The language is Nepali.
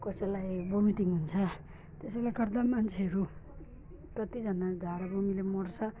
कसैलाई भमिटिङ हुन्छ त्यसैले गर्दा मान्छेहरू कतिजना झाडा बमिले मर्छ